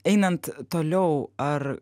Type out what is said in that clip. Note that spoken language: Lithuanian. einant toliau ar